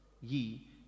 ye